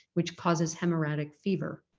which causes hemorrhagic fever.